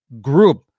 group